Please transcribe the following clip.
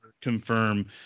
confirm